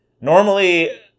Normally